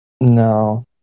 No